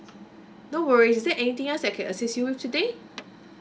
no worries is there anything else I can assist you with today